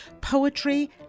poetry